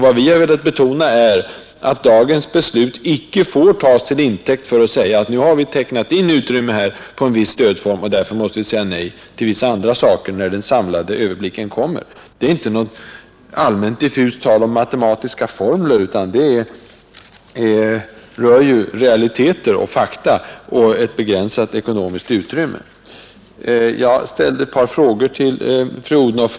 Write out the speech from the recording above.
Vad vi har velat betona är att dagens beslut inte får tas till intäkt för att säga att nu har vi tecknat in utrymme för en viss stödform, och därför måste vi säga nej till vissa andra saker, när den samlade överblicken kommer. Det är inte något allmänt diffust tal om matematiska formler, utan det rör ju verkliga fakta och ett begränsat ekonomiskt utrymme. Jag ställde ett par frågor till fru Odhnoff.